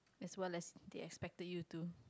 as well as they expected you to